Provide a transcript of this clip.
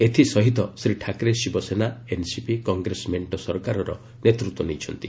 ଏଥିସହିତ Shri Thackeray Shiv Sena NCP Congress ମେଣ୍ଟ ସରକାରର ନେତୃତ୍ୱ ନେଇଛନ୍ତି